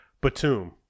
Batum